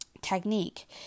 technique